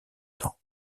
temps